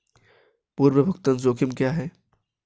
पूर्व भुगतान जोखिम क्या हैं?